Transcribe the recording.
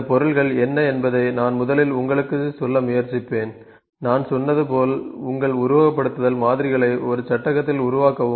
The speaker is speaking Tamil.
இந்த பொருள்கள் என்ன என்பதை நான் முதலில் உங்களுக்குச் சொல்ல முயற்சிப்பேன் நான் சொன்னது போல் உங்கள் உருவகப்படுத்துதல் மாதிரிகளை ஒரு சட்டகத்தில் உருவாக்கவும்